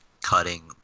cutting